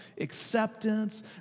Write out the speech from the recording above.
acceptance